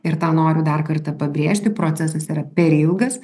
ir tą noriu dar kartą pabrėžti procesas yra per ilgas